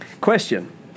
Question